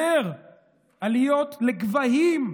"עליות לגבהים",